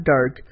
Dark